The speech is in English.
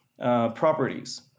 properties